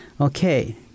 okay